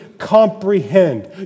comprehend